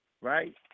right